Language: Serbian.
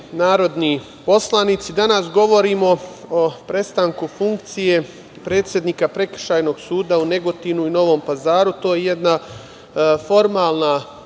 narodni poslanici, danas govorimo o prestanku funkcije predsednika Prekršajnog suda u Negotinu i u Novom Pazaru. To je jedna formalna